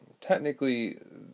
technically